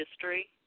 history